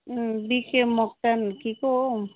बिके मोक्तान कि को हौ